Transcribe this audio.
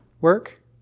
work